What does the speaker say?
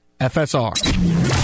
FSR